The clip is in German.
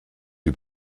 die